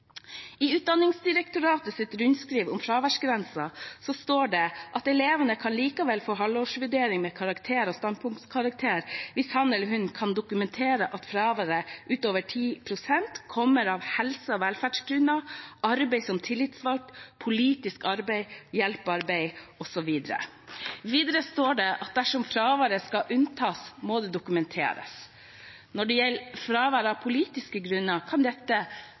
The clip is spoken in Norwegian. I Utdanningsdirektoratets rundskriv om fraværsgrensen står det: «Elevene kan likevel få halvårsvurdering med karakter og standpunktkarakter, hvis han eller hun kan dokumentere at fraværet utover 10 prosent kommer av helse- og velferdsgrunner arbeid som tillitsvalgt politisk arbeid hjelpearbeid Videre står det at dersom fraværet skal unntas, må det dokumenteres. Når det gjelder fravær av politiske grunner, kan dette